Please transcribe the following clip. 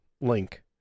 link